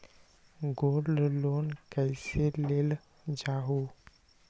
Gold loan कईसे लेल जाहु?